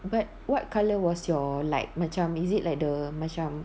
but what colour was your light macam is it like the macam